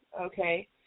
okay